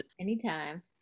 Anytime